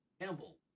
Campbell